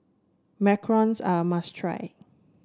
Macarons are must try